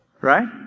Right